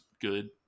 good